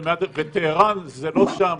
וטהרן זה לא שם,